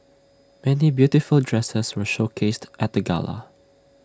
many beautiful dresses were showcased at the gala